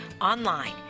online